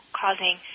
causing